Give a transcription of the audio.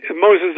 Moses